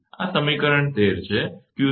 આ સમીકરણ 13 છે